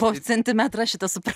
po centimetrą šitą super